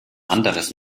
anderes